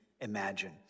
Imagine